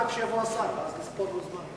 חבר הכנסת דיכטר, שר נמצא כאן.